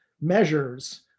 measures